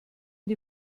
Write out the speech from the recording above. die